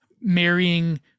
marrying